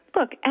look